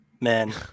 Man